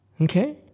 Okay